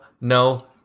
no